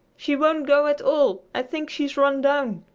she won't go at all. i think she's run down!